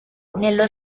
nello